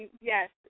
Yes